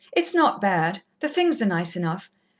it's not bad the things are nice enough.